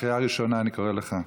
קריאה ראשונה אני קורא אותך.